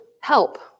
help